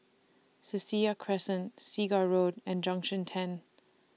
Cassia Crescent Segar Road and Junction ten